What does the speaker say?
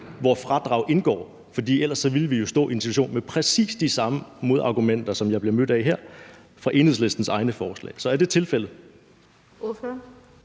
til bordet? For ellers ville vi jo stå i en situation med præcis de samme modargumenter, som jeg bliver mødt af her, i forhold til Enhedslistens egne forslag. Så er det tilfældet?